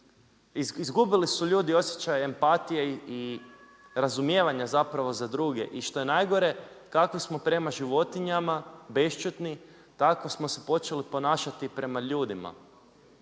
izgubili su ljudi osjećaj empatije i razumijevanja zapravo za druge. I što je najgore, kakvi smo prema životinjama, beščedni, tako smo se počeli ponašati i prema ljudima.